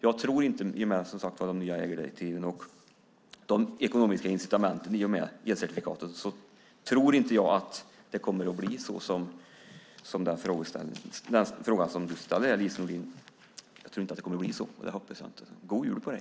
I och med, som sagt var, de nya ägardirektiven, de ekonomiska incitamenten och elcertifikaten tror jag inte att det kommer att bli så som du säger i din fråga, Lise Nordin. Jag tror inte att det kommer att bli så, och det hoppas jag inte. God jul på dig!